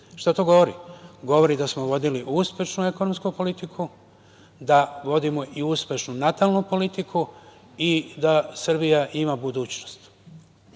šta to govori? Govori da smo vodili uspešnu ekonomsku politiku, da vodimo uspešnu natalnu politiku i da Srbija ima budućnost.